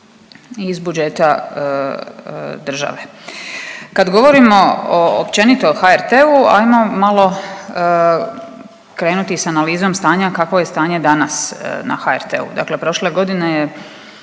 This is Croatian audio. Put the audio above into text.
iz, iz budžeta države. Kad govorimo općenito o HRT-u ajmo malo krenuti s analizom stanja, kakvo je stanje danas na HRT-u. Dakle, prošle godine je,